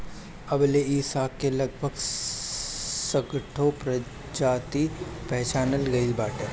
अबले इ साग के लगभग साठगो प्रजाति पहचानल गइल बाटे